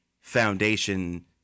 foundation